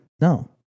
no